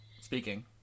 speaking